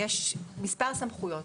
יש מספר סמכויות.